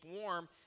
warm